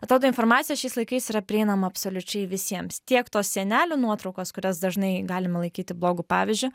atrodo informacija šiais laikais yra prieinama absoliučiai visiems tiek tos senelių nuotraukos kurias dažnai galima laikyti blogu pavyzdžiu